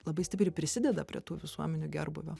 labai stipriai prisideda prie tų visuomenių gerbūvio